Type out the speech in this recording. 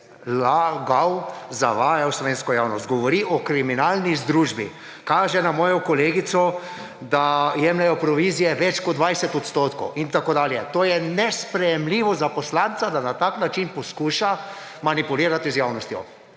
lagal, zavajal slovensko javnost. Govori o kriminalni združbi, kaže na mojo kolegico, da jemljejo provizije več kot 20 % in tako dalje. To je nesprejemljivo za poslanca, da na tak način poskuša manipulirati z javnostjo.